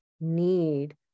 need